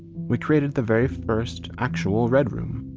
we created the very first actual red room.